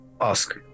ask